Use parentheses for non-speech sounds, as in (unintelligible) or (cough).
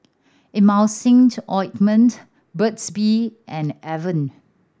Emulsying (unintelligible) Ointment Burt's Bee and Avene